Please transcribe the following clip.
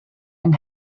yng